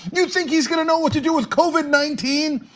you think he's gonna know what to do with covid nineteen?